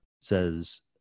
Says